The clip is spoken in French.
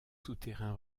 souterrains